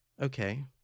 Okay